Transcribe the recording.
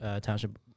Township